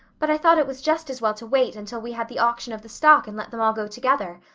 but i thought it was just as well to wait until we had the auction of the stock and let them all go together.